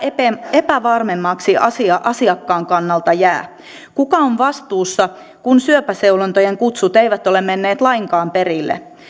epävarmemmaksi asia asiakkaan kannalta jää kuka on vastuussa kun syöpäseulontojen kutsut eivät ole menneet lainkaan perille